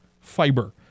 Fiber